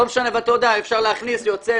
לא משנה, ואתה יודע, אפשר להכניס, יוצא.